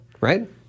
Right